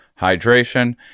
hydration